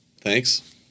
Thanks